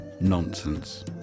Nonsense